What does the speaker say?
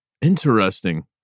Interesting